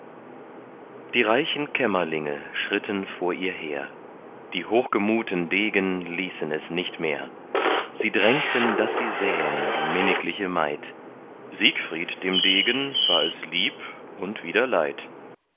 die reichen kämmerlinge schritten vor ihr her die hochgemuten degen ließen es nicht mehr sie drängten daß sie sähen die minnigliche maid siegfried dem degen war es lieb und wieder leid